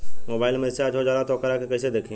Mobile में recharge हो जाला त वोकरा के कइसे देखी?